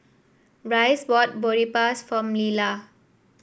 Rhys bought Boribaps for Leesa